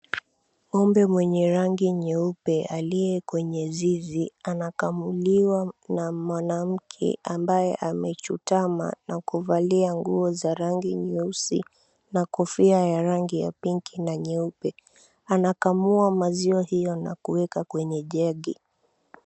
Ng'ombe mwenye rangi nyeupe aliye kwenye zizi anakamuliwa na mwanamke ambaye amechutama na kuvalia nguo za rangi nyeusi na kofia ya rangi ya pinki na nyeupe. Anakamua maziwa hii na kuweka kwenye jagi .